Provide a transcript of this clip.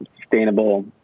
sustainable